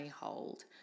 hold